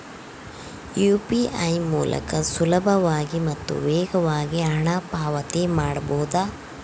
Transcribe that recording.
UPI ಮೂಲಕ ಸುಲಭವಾಗಿ ಮತ್ತು ವೇಗವಾಗಿ ಹಣ ಪಾವತಿ ಮಾಡಬಹುದಾ?